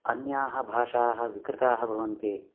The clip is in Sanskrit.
अन्याः भाषाः विकृताः भवन्ति